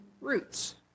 roots